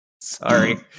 Sorry